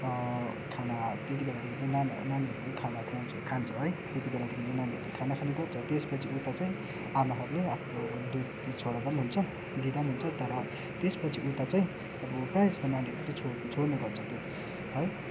खाना त्यति बेलादेखि चाहिँ नानी नानीहरूले खाना खुवाउँछ खान्छ है त्यति बेलादेखि यिनीहरूले खाना खाने गर्छ त्यसपछि उता चाहिँ आमाहरूले आफ्नो दुध छोडाउँदा पनि हुन्छ दिँदा पनि हुन्छ तर त्यसपछि उता चाहिँ अब प्रायःजस्तो नानीहरूले चाहिँ छोड् छोड्ने गर्छ दुध है